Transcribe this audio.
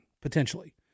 potentially